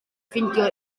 ffeindio